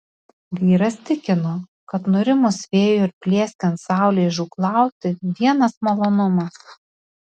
vyras tikino kad nurimus vėjui ir plieskiant saulei žūklauti vienas malonumas